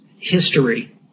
history